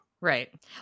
Right